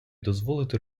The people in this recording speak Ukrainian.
дозволити